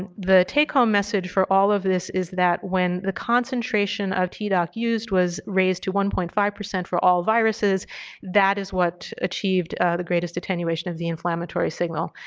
and the take home message for all of this is that when the concentration of tdoc used was raised to one point five for all viruses that is what achieved the greatest attenuation of the inflammatory signal.